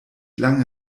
lange